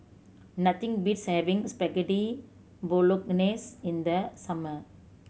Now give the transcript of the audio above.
nothing beats having Spaghetti Bolognese in the summer